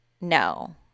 No